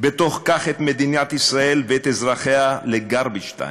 בתוך כך את מדינת ישראל ואת אזרחיה ל-garbage time,